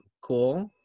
Cool